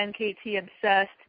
NKT-obsessed